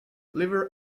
liver